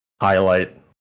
highlight